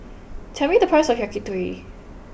tell me the price of Yakitori